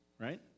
right